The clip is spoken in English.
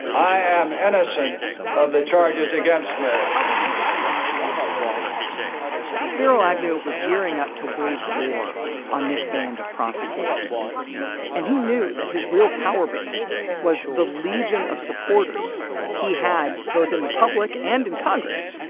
i am innocent of the charges against me! spiro agnew was gearing up to wage war on this band of prosecutors and he knew that his real power base was the legion of supporters he had both in the public and in congress,